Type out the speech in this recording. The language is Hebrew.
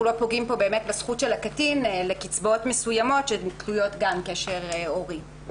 לא פוגעים פה בזכות של הקטין לקצבאות מסוימות שתלויות קשר הורי גם כן.